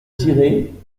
tirer